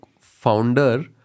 founder